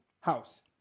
house